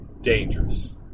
dangerous